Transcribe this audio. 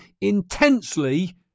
intensely